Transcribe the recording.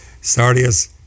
Sardius